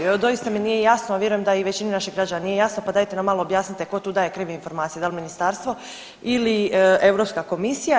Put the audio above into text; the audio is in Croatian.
Evo, doista mi nije jasno, a vjerujem da i većini naših građana nije jasno pa dajte nam malo objasnite tko tu daje krive informacije, da li ministarstvo ili Europska komisija.